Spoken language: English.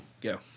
Go